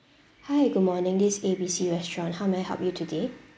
hi good morning this is A B C restaurant how may I help you today